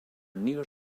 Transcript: near